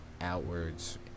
outwards